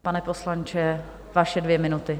Pane poslanče, vaše dvě minuty.